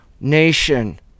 nation